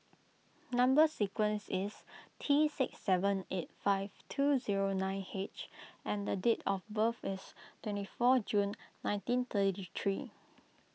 Number Sequence is T six seven eight five two zero nine H and the date of birth is twenty four June nineteen thirty three